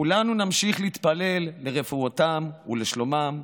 כולנו נמשיך להתפלל לרפואתם ולשלומם,